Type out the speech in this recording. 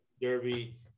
Derby